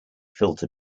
filter